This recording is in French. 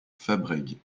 fabrègues